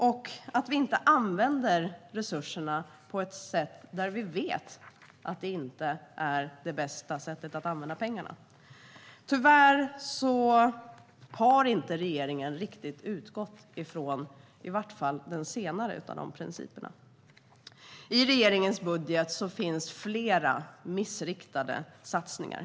Vi ska inte använda resurserna på ett sätt som vi vet inte är det bästa sättet att använda pengarna. Tyvärr har regeringen inte riktigt utgått från den senare av de principerna. I regeringens budget finns flera missriktade satsningar.